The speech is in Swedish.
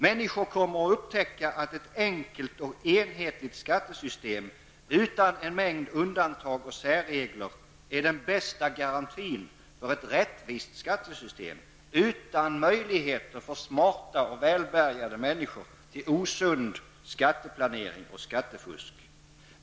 Människor kommer att upptäcka att ett enkelt och enhetligt skattesystem -- utan en mängd undantag och särregler -- är den bästa garantin för ett rättvist skattesystem, utan möjligheter för smarta och välbärgade människor till osund skatteplanering och skattefusk.